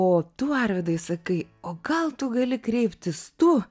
o tu arvydai sakai o gal tu gali kreiptis tu